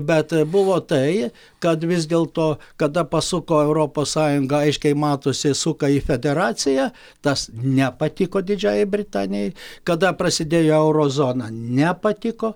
bet buvo tai kad vis dėlto kada pasuko europos sąjunga aiškiai matosi suka į federaciją tas nepatiko didžiajai britanijai kada prasidėjo euro zona nepatiko